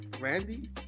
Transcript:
Randy